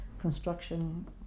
construction